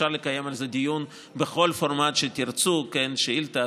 אפשר לקיים על זה דיון בכל פורמט שתרצו: שאילתה,